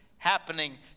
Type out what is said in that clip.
happening